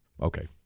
Okay